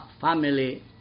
family